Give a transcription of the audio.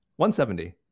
170